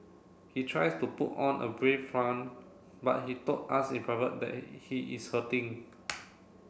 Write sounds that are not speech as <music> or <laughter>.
he tries to put on a brave front but he told us in private that <unintelligible> he is hurting